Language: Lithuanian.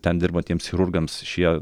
ten dirbantiems chirurgams šie